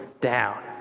down